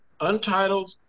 Untitled